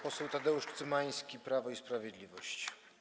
Poseł Tadeusz Cymański, Prawo i Sprawiedliwość.